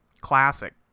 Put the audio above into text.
Classic